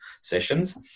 sessions